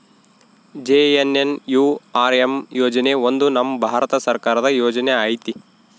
JNNURM ಯೋಜನೆ ಒಂದು ನಮ್ ಭಾರತ ಸರ್ಕಾರದ ಯೋಜನೆ ಐತಿ